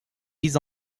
mis